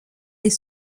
est